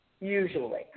usually